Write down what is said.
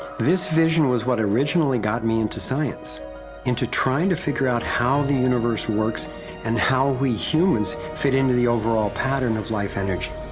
this vision was what originally got me into science into trying to figure out how the universe works and how we humans fit into the overall pattern of life energy.